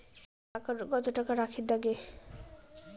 একাউন্টত কত টাকা রাখীর নাগে?